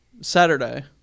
Saturday